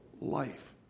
life